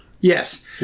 Yes